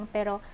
Pero